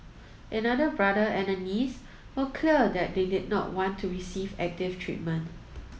another brother and a niece were clear that they did not want to receive active treatment